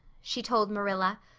she told marilla.